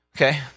okay